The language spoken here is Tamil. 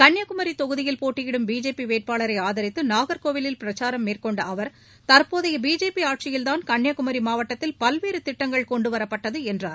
கன்னியாகுமரி தொகுதியில் போட்டியிடும் பிஜேபி வேட்பாளரை ஆதரித்து நாகர்கோவிலில் பிரச்சாரம் மேற்கொண்ட அவர் தற்போதைய பிஜேபி ஆட்சியில்தான் கன்னியாகுமரி மாவட்டத்தில் பல்வேறு திட்டங்கள் கொண்டு வரப்பட்டது என்றார்